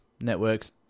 networks